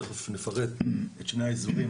תכף נפרט את שני היישומים,